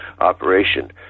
operation